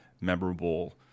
memorable